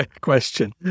question